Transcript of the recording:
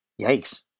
Yikes